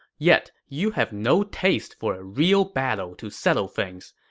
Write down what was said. yet, you have no taste for a real battle to settle things.